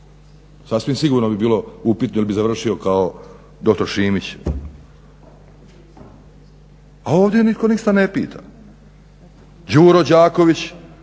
sasvim sigurno bi bilo upitno ili bi završio kao dr. Šimić. A ovdje nitko ništa ne pita. Đuro Đaković